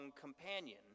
companion